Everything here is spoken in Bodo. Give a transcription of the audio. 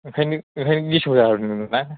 ओंखायनो ओंखायनो गेसाव जाहोदों नों ना